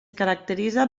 caracteritza